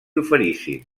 oferissin